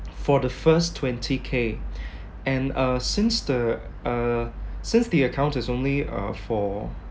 for the first twenty K and uh since the uh since the account is only uh for